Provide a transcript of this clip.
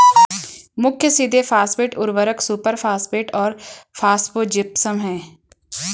मुख्य सीधे फॉस्फेट उर्वरक सुपरफॉस्फेट और फॉस्फोजिप्सम हैं